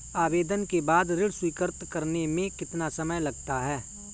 आवेदन के बाद ऋण स्वीकृत करने में कितना समय लगता है?